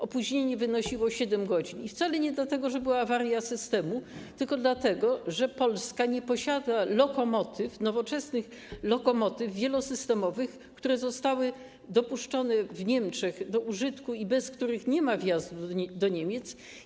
Opóźnienie wynosiło 7 godzin i wcale nie dlatego, że była awaria systemu, tylko dlatego, że Polska nie posiada nowoczesnych lokomotyw wielosystemowych, które zostały dopuszczone w Niemczech do użytku i bez których nie ma wjazdu do Niemiec.